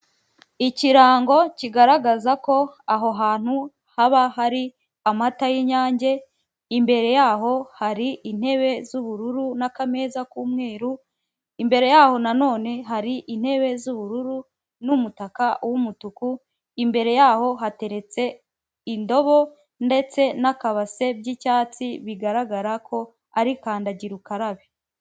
Ikirango kigaragaza ko aho hantu haba hari amata y'inyange imbere yaho hari intebe z'ubururu n'akameza k'umweru, imbere yaho nanone hari intebe z'ubururu n'umutaka w'umutuku, imbere yaho hateretse indobo ndetse n'akabase by'icyatsi bigaragara ko ari kandagira ukarabe.